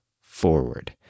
forward